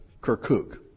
Kirkuk